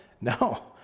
no